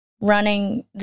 running